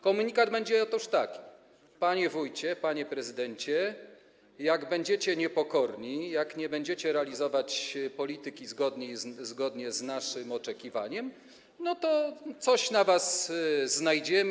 Komunikat będzie otóż taki: Panie wójcie, panie prezydencie, jak będziecie niepokorni, jak nie będziecie realizować polityki zgodnie z naszym oczekiwaniem, to coś na was znajdziemy.